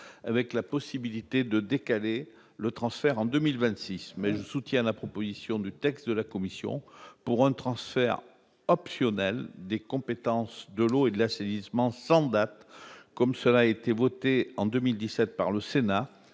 avec la possibilité de décaler le transfert en 2026. Toutefois, je soutiens la proposition de la commission d'un transfert optionnel des compétences « eau » et « assainissement », sans date, comme cela a été voté en 2017 par le Sénat.